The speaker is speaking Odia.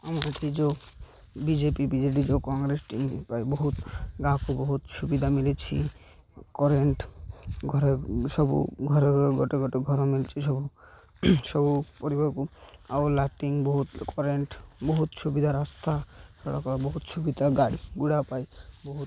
ଆମ ଏଇଠି ଯେଉଁ ବିଜେପି ବିଜେଡ଼ି ଯେଉଁ କଂଗ୍ରେସଟି ବହୁତ ଗାଁକୁ ବହୁତ ସୁବିଧା ମିଳିଛି କରେଣ୍ଟ ଘରେ ସବୁ ଘରେ ଗୋଟେ ଗୋଟେ ଘର ମିଳିଛି ସବୁ ସବୁ ପରିବାରକୁ ଆଉ ଲାଟିନ୍ ବହୁତ କରେଣ୍ଟ ବହୁତ ସୁବିଧା ରାସ୍ତାଡ଼କ ବହୁତ ସୁବିଧା ଗାଡ଼ି ଘୋଡ଼ା ପାଇ ବହୁତ